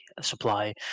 supply